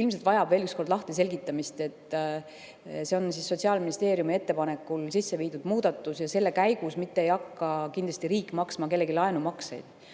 Ilmselt vajab veel üks kord selgitamist, et see on Sotsiaalministeeriumi ettepanekul sisse viidud muudatus ja selle tulemusel kindlasti riik ei hakka maksma kellegi laenumakseid.